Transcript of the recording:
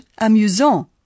amusant